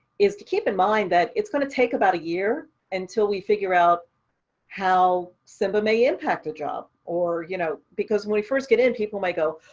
is to keep in mind that it's going to take about a year until we figure out how simba may impact a job or you know, because when we first get in, people may go,